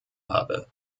habe